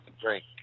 drink